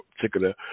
particular